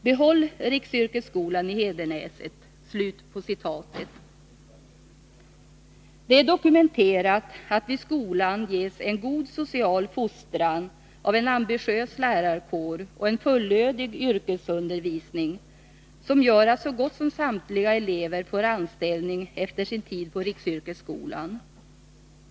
Behåll riksyrkesskolan i Hedenäset.” Det är dokumenterat att vid skolan ges en god social fostran av en ambitiös lärarkår och en fullödig yrkesundervisning, som gör att så gott som samtliga elever får anställning efter sin tid på riksyrkesskolan.